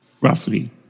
roughly